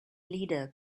leader